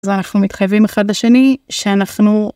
אז אנחנו מתחייבים אחד לשני שאנחנו